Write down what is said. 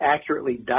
accurately